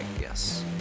yes